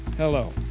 Hello